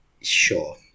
sure